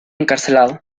encarcelado